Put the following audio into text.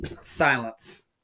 silence